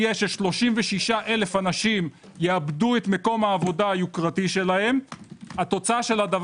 36,000 אנשים יאבדו את מקום עבודתם היוקרתי והתוצאה של זה